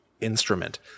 instrument